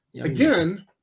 again